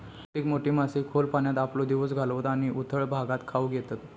बहुतेक मोठे मासे खोल पाण्यात आपलो दिवस घालवतत आणि उथळ भागात खाऊक येतत